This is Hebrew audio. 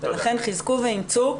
לכן, חיזקו ואימצו.